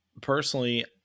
personally